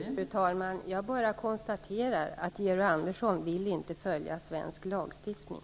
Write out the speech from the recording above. Fru talman! Jag bara konstaterar att Georg Andersson vill inte följa svensk lagstiftning.